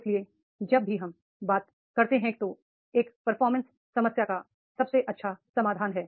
इसलिए जब भी हम बात करते हैं तो एक परफॉर्मेंस समस्या का सबसे अच्छा समाधान है